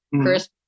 Chris